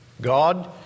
God